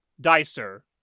Dicer